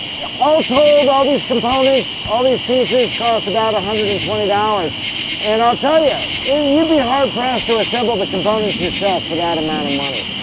yeah all told, all these components, all these pieces cost about one ah hundred and twenty dollars and i'll tell yeah and you, you'd be hard-pressed to assemble the components yourself for that amount of money.